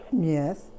yes